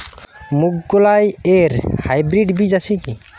মুগকলাই এর হাইব্রিড বীজ আছে কি?